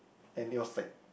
and it was like